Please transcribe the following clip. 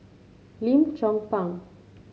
Lim Chong Pang